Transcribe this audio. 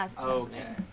Okay